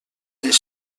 les